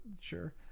sure